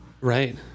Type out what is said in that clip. Right